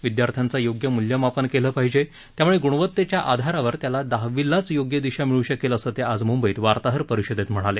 विद्यार्थ्यांचं योग्य म्ल्यमापन केलं पाहिजे त्याम्ळे ग्णवतेच्या आधारावर त्याला दहावीलाच योग्य दिशा मिळू शकेल असं ते आज मुंबईत वार्ताहर परिषदेत म्हणाले